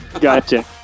gotcha